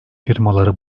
firmaları